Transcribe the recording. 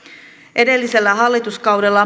edellisellä hallituskaudella